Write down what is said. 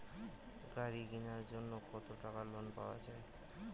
গাড়ি কিনার জন্যে কতো টাকা লোন পাওয়া য়ায়?